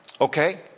Okay